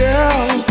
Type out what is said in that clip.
Girl